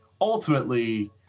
ultimately